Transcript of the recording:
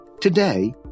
Today